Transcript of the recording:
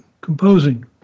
composing